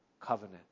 covenant